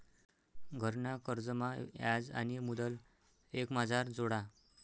घरना कर्जमा याज आणि मुदल एकमाझार जोडा